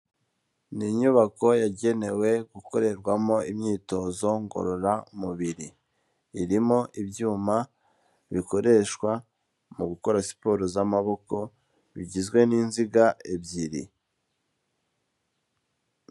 Ni inyubako yagenewe gukorerwamo imyitozo ngororamubiri, irimo ibyuma bikoreshwa mu gukora siporo z'amaboko, bigizwe n'inziga ebyiri.